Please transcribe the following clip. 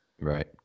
Right